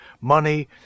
money